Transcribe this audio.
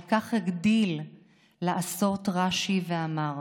על כך הגדיל לעשות רש"י ואמר